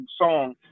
song